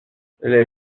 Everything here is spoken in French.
les